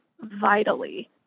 vitally